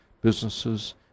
businesses